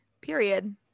Period